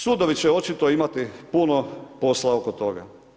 Sudovi će očito imati puno posla oko toga.